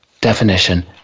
definition